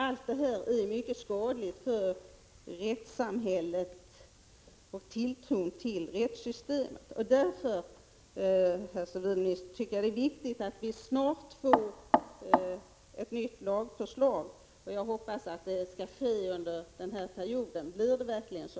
Allt detta är mycket skadligt för rättssamhället och tilltron till rättssystemet. Därför, herr civilminister, tycker jag att det är viktigt att vi snart får ett nytt lagförslag. Jag hoppas att det skall ske under denna mandatperiod. Blir det verkligen så?